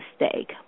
mistake